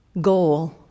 goal